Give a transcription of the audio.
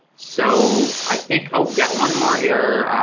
so i think, oh got one more here,